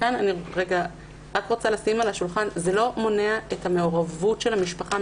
כאן אני רוצה לשים על השולחן: זה לא מונע את המעורבות של המשפחה.